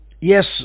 yes